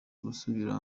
gusubira